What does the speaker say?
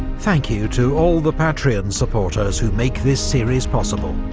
thank you to all the patreon supporters who make this series possible,